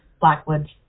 blackwoods